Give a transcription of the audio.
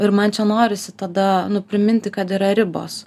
ir man čia norisi tada priminti kad yra ribos